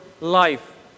life